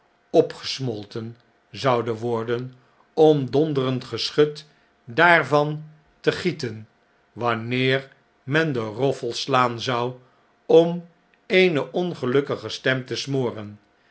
opgesmolten zouden worden om donderend geschut daarvan te gie j tm in londen en parijs ten wanneer men den roffel slaan zou om e'ene ongelukkige stem te smoren